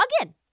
Again